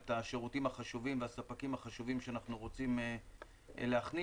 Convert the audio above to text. את השירותים החשובים והספקים החשובים שאנחנו רוצים להכניס,